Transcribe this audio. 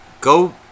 go